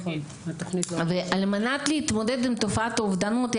ועל מנת להתמודד עם תופעת האובדנות,